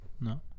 No